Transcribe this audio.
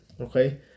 okay